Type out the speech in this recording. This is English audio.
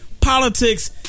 politics